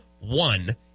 one